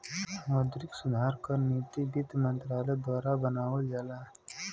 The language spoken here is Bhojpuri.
मौद्रिक सुधार क नीति वित्त मंत्रालय द्वारा बनावल जाला